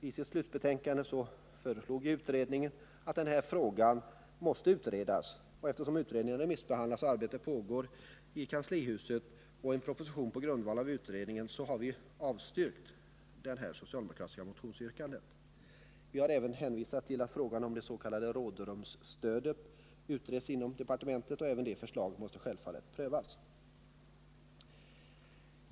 I sitt slutbetänkande föreslog man att den frågan skulle utredas, och eftersom utredningen remissbehandlas och arbetet pågår i regeringens kansli på en proposition på grundval av den utredningen har vi avstyrkt detta socialdemokratiska motionsyrkande. Vi har även hänvisat till att frågan om det s.k. rådrumsstödet utretts inom departementet, och även de förslagen måste självfallet prövas.